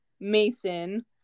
Mason